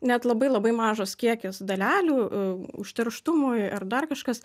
net labai labai mažas kiekis dalelių užterštumui ar dar kažkas